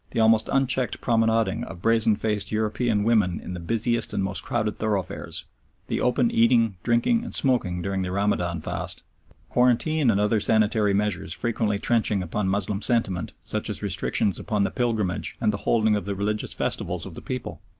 the almost unchecked promenading of brazen-faced european women in the busiest and most crowded thoroughfares the open eating, drinking, and smoking during the ramadan fast quarantine and other sanitary measures frequently trenching upon moslem sentiment, such as restrictions upon the pilgrimage and the holding of the religious festivals of the people.